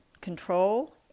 control